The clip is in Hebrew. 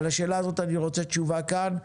על האחרונה אני רוצה תשובה כאן,